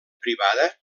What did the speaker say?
privada